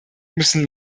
müssen